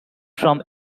from